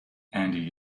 andy